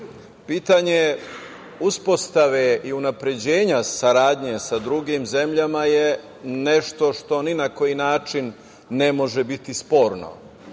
pitanje uspostave i unapređenja saradnje sa drugim zemljama je nešto što ni na koji način ne može biti sporno,